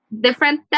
different